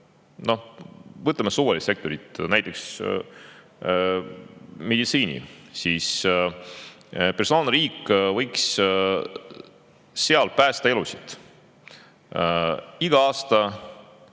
me võtame suvalise sektori, näiteks meditsiini, siis personaalne riik võiks seal päästa elusid. Iga aasta